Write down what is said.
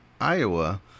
Iowa